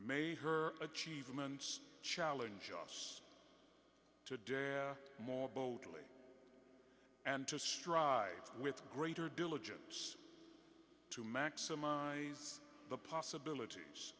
may her achievements challenge us to do more boldly and just drive with greater diligence to maximize the possibilities